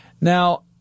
Now